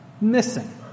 missing